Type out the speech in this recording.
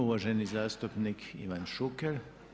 I uvaženi zastupnik Ivan Šuker.